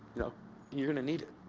you know you're going to need it.